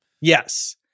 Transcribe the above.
Yes